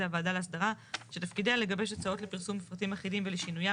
הוועדה להסדרה שתפקידיה לגבש הצעות לפרסום מפרטים אחידים ולשינויים